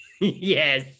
yes